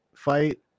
Fight